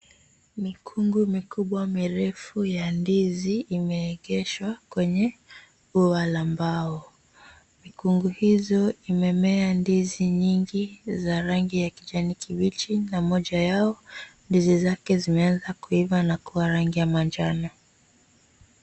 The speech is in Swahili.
Mikungu mikubwa mirefu ya ndizi imeekeshwa kwenye ua la mbao. Mikungu hizo zimemea ndizi nyingi za rangi ya kijani kibichi na moja yao ndizi zake zimeanza kuiva na kuwa rangi ya manjano.